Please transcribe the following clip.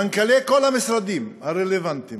מנכ"לי כל המשרדים הרלוונטיים,